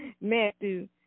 Matthew